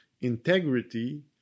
integrity